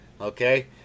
okay